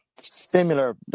Similar